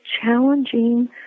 challenging